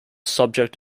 subject